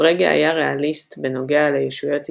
פרגה היה ריאליסט בנוגע לישויות אידיאליות,